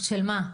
של מה?